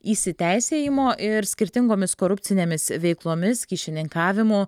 įsiteisėjimo ir skirtingomis korupcinėmis veiklomis kyšininkavimu